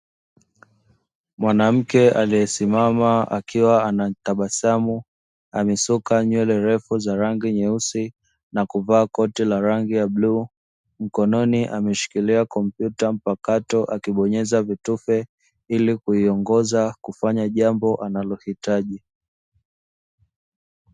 Mwanamke aliyesimama akiwa anatabasamu, amesuka nywele refu za rangi nyeusi na kuvaa koti la rangi ya bluu. Mkononi ameshikilia kompyuta mpakato, akibonyeza vitufe ili kuiongoza kufanya jambo analohitaji.